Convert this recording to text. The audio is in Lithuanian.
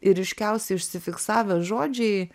ir ryškiausiai užsifiksavę žodžiai